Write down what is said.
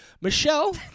Michelle